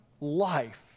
life